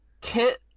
Kit